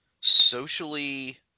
socially